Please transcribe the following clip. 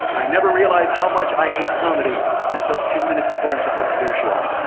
i never realize how much i hate comedy until ten minutes before i'm supposed to do a show.